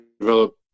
develop